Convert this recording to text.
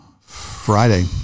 friday